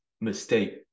mistake